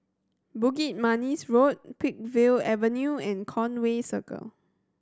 Bukit Manis Road Peakville Avenue and Conway Circle